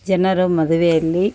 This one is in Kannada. ಜನರು ಮದುವೆಯಲ್ಲಿ